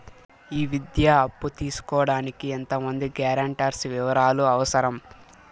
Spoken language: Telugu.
ఈ విద్యా అప్పు తీసుకోడానికి ఎంత మంది గ్యారంటర్స్ వివరాలు అవసరం?